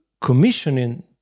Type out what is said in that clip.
Commissioning